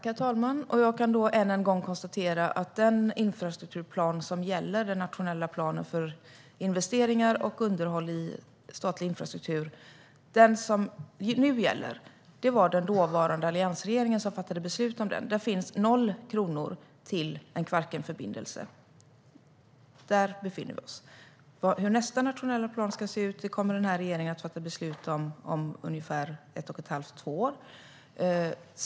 Herr talman! Jag kan än en gång konstatera att det var den dåvarande alliansregeringen som fattade beslut om den infrastrukturplan som gäller nu - den nationella planen för investeringar och underhåll i statlig infrastruktur. Där finns 0 kronor till en Kvarkenförbindelse. Där befinner vi oss. Hur nästa nationella plan ska se ut kommer regeringen att fatta beslut om om ett och ett halvt till två år.